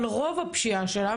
אבל רוב הפשיעה שלה,